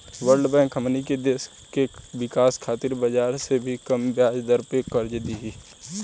world bank हमनी के देश के विकाश खातिर बाजार से भी कम ब्याज दर पे कर्ज दिही